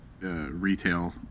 retail